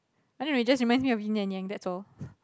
I don't know it just reminds me of yin and yang that's all